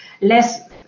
less